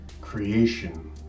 creation